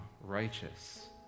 righteous